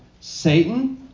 Satan